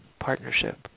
partnership